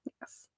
Yes